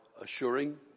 assuring